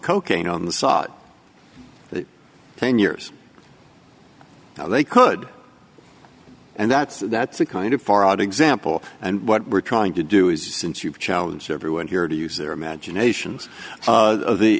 cocaine on the side ten years now they could and that's that's a kind of far out example and what we're trying to do is since you've challenge everyone here to use their imaginations the